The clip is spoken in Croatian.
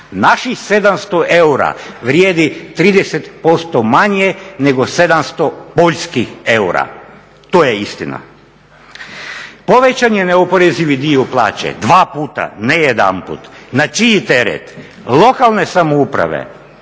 Naših 700 eura vrijedi 30% manje nego 700 poljskih eura. To je istina! Povećan je neoporezivi dio plaće, 2 puta ne 1. Na čiji teret? Lokalne samouprave,